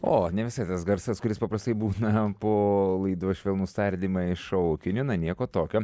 o ne visai tas garsas kuris paprastai būna po laidos švelnūs tardymai šaukinio na nieko tokio